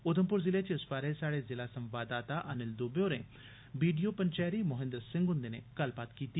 उधमपुर जिले च इस बारै साहडे जिला संवाददाता अनिल दुबे होरें B D O Panchari Mohinder Singh हुंदे कन्ने गल्लबात कीती